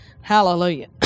Hallelujah